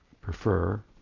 prefer